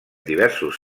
diversos